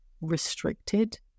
restricted